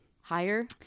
Higher